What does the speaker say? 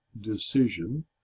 decision